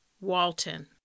Walton